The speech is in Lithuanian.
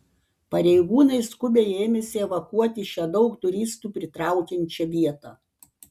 pareigūnai skubiai ėmėsi evakuoti šią daug turistų pritraukiančią vietą